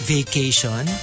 Vacation